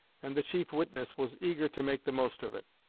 and the chief witness was eager to make the most of it.